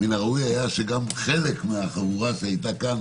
מן הראוי היה שגם חלק מהחבורה שהיתה כאן